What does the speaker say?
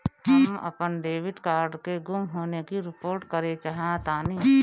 हम अपन debit card के गुम होने की रिपोर्ट करे चाहतानी